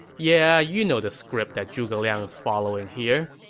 yeah you know the script that zhuge liang is following here.